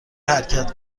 حرکت